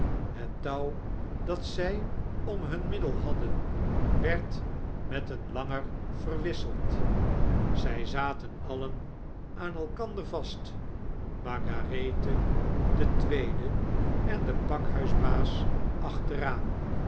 besluit hettouw dat zy om hun middel hadden werd met een langer verwisseld zy zaten alien aan elkander vast margarethe de tweede en de pakhuisbaas achteraan